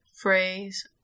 phrase